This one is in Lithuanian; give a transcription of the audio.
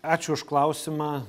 ačiū už klausimą